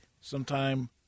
sometime